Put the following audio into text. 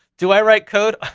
do i write code?